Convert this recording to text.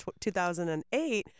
2008